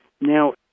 Now